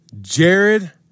Jared